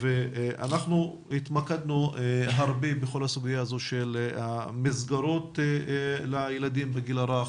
אנחנו התמקדנו הרבה בכל הסוגיה הזו של המסגרות לילדים בגיל הרך,